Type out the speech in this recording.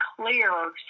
clear